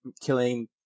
killing